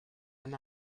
and